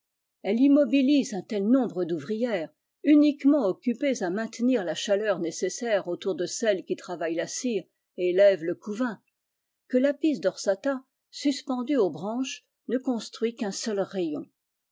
elle immobilise un tel nombre douvrières uniquement occupées à maintenir la chaleur nécessaire autour de celles qui travaillent la cire et élèveat le couvain que vapis dorsata suspendue aux branches ne construit qu'un seul rayon